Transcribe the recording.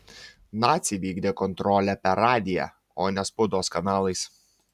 naciai vykdė kontrolę per radiją o ne spaudos kanalais